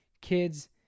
kids